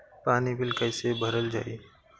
पानी बिल कइसे भरल जाई?